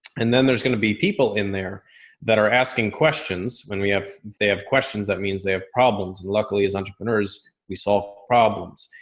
and then there's going to be people in there that are asking questions when we have, they have questions. that means they have problems. luckily as entrepreneurs we solve problems.